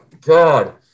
God